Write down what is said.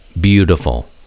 beautiful